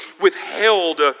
withheld